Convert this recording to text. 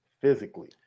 physically